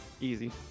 Easy